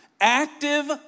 Active